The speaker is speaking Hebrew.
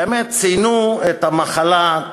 באמת ציינו את המחלה,